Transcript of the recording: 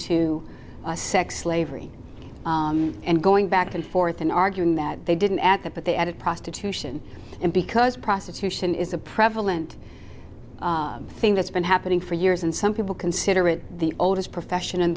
to sex slavery and going back and forth and arguing that they didn't act but they added prostitution and because prostitution is a prevalent thing that's been happening for years and some people consider it the oldest profession